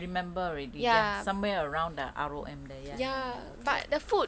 ya ya ya I remember already somewhere around there R_O_M there ya ya ya okay